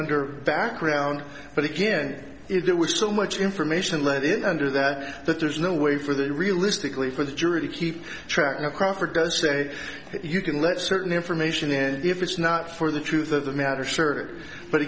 under background but again it was too much information let it under that that there's no way for the realistically for the jury to keep track of crawford does say you can let certain information and if it's not for the truth of the matter